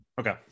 Okay